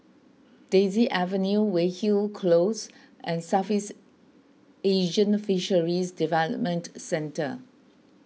Daisy Avenue Weyhill Close and Southeast Asian Fisheries Development Centre